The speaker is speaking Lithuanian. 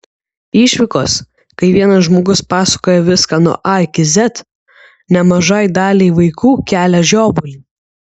išvykos kai vienas žmogus pasakoja viską nuo a iki z nemažai daliai vaikų kelia žiovulį